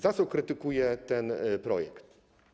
Za co krytykuję ten projekt?